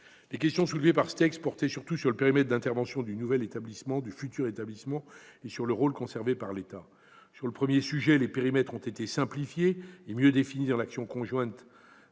Les questions soulevées par ce texte portaient surtout sur le périmètre d'intervention du futur établissement et sur le rôle conservé par l'État. Sur le premier sujet, les périmètres ont été simplifiés et mieux définis par l'action conjointe